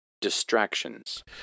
distractions